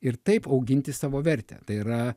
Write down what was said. ir taip auginti savo vertę tai yra